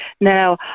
Now